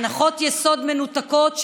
הנחות יסוד מנותקות,